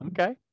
Okay